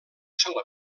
sola